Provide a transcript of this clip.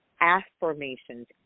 Affirmations